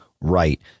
right